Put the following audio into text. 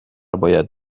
باید